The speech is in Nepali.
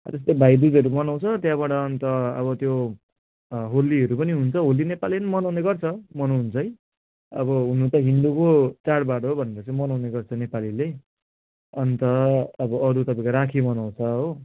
त्यस्तै भाइदुजहरू मनाउँछ त्यहाँबाट अन्त अब त्यो होलीहरू पनि हुन्छ होली नेपालीले मनाउने गर्छ मनाउन चाहिँ अब हुन त हिन्दुको चाडबाड हो भनेर चाहिँ मनाउने गर्छ नेपालीले अब अन्त अरू तपाईँको राखी मनाउँछ हो